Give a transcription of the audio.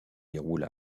déroule